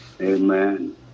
Amen